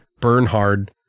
Bernhard